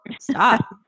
stop